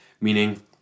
Meaning